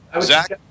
zach